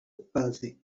palsy